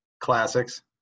Classics